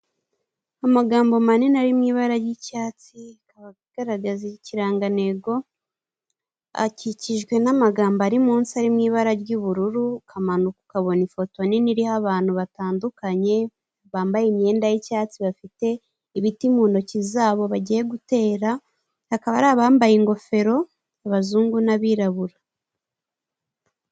Amagambo manini ari mu ibara ry'icyatsi akaba agaragaza ikirangantego akikijwe n'amagambo ari munsi ari mu ibara ry'ubururu, ukamanuka ukabona ifoto nini iriho abantu batandukanye bambaye imyenda y'icyatsi bafite ibiti mu ntoki zabo bagiye gutera, hakaba hari abambaye ingofero abazungu n'abirabura.